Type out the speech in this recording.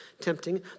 tempting